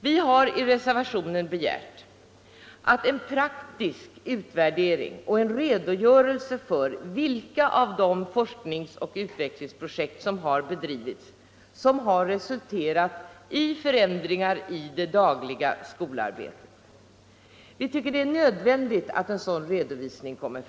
Vi har i vår reservation begärt att en praktisk utvärdering och en redogörelse för vilka av de forskningsoch utvecklingsprojekt som bedrivits som har resulterat i förändringar i det dagliga skolarbetet. Vi tycker det är nödvändigt att en sådan redovisning kommer.